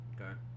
Okay